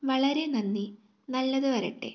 വളരെ നന്ദി നല്ലത് വരട്ടെ